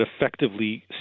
effectively